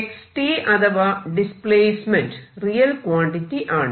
x അഥവാ displacement real quantity ആണ്